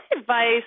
advice